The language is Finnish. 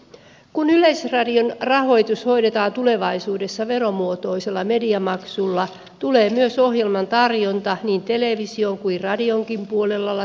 kun yleisradion rahoitus hoidetaan tulevaisuudessa veromuotoisella mediamaksulla tulee myös ohjelman tarjonnan niin television kuin radionkin puolella olla tasapuolisen kattavaa